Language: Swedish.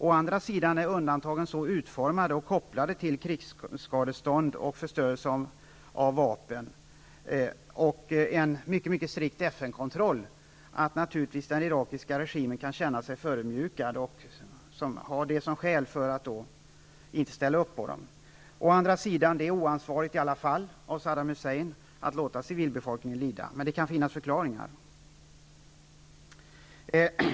Å andra sidan är undantagen så utformade och kopplade till krigsskadestånd och förstörelse av vapen samt föremål för en mycket strikt FN-kontroll, att den irakiska regimen kan känna sig förödmjukad och ta detta som skäl för att inte ställa upp. Ändå är det oansvarigt av Saddam Hussein att låta civilbefolkningen lida. Men det kan finnas förklaringar.